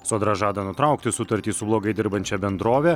sodra žada nutraukti sutartį su blogai dirbančia bendrove